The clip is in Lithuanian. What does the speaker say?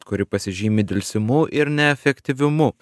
kuri pasižymi delsimu ir neefektyvumu